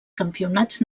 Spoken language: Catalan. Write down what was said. campionats